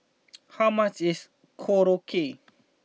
how much is Korokke